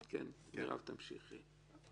מרב, תמשיכי.